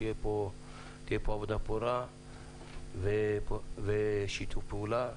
שתהיה פה עבודה פורה ושיתוף פעולה.